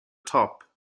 top